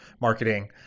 marketing